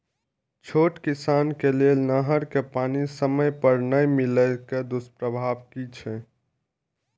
छोट किसान के लेल नहर के पानी समय पर नै मिले के दुष्प्रभाव कि छै?